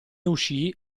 uscì